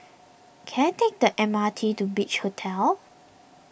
can I take the M R T to Beach Hotel